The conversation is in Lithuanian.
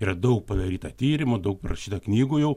yra daug padaryta tyrimų daug parašyta knygų jau